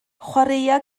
chwaraea